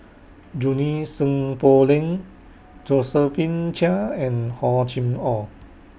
Junie Sng Poh Leng Josephine Chia and Hor Chim Or